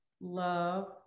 Love